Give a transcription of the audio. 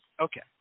Okay